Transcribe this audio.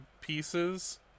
pieces